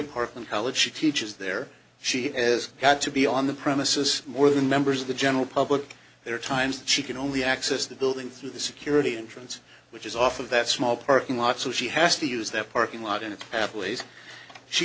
in college she teaches there she has got to be on the premises more than members of the general public there are times she can only access the building through the security interests which is off of that small parking lot so she has to use that parking lot in an athlete she